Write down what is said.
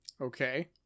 Okay